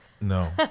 no